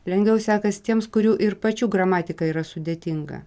lengviau sekas tiems kurių ir pačių gramatika yra sudėtinga